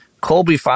Colby